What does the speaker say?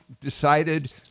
decided